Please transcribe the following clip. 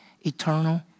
Eternal